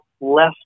less